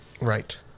right